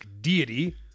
deity